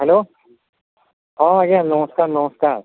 hello ହଁ ଆଜ୍ଞା ନମସ୍କାର ନମସ୍କାର